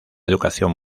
educación